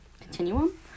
continuum